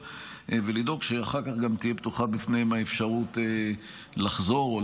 ולדאוג שאחר כך גם תהיה פתוחה בפניהם האפשרות לחזור או